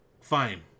Fine